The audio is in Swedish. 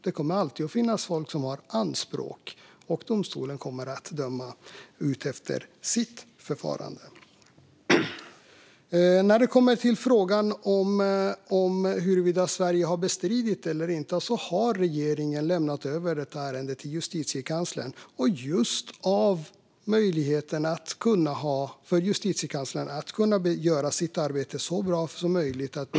Det kommer alltid att finnas folk som har anspråk, och domstolen kommer att döma utifrån sitt förfarande. När det kommer till frågan om huruvida Sverige har bestridit avtalet eller inte har regeringen lämnat över ärendet till Justitiekanslern, som ska ha möjlighet att göra sitt arbete och driva Sveriges fall så bra som möjligt.